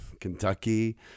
Kentucky